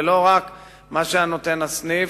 ולא רק מה שהיה נותן הסניף.